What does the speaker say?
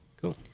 Cool